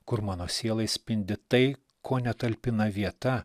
kur mano sielai spindi tai ko netalpina vieta